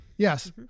Yes